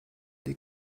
die